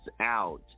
out